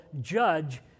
judge